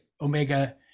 Omega